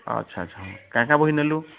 ଆଛା ଆଛା କେଇଟା ବହି ନେଲୁ